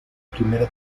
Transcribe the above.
primera